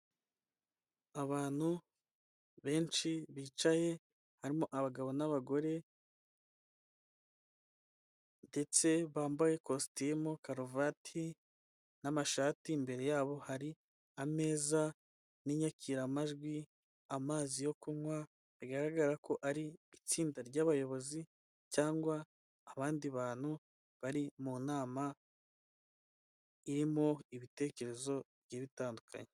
Abantu benshi bicaye harimo abagabo n'abagore ndetse bambaye kositimu, karuvati n'amashati. Imbere yabo hari ameza n'inyakiramajwi, amazi yo kunywa, bigaragara ko ari itsinda ryabayobozi cyangwa abandi bantu bari mu nama irimo ibitekerezo bye bitandukanye.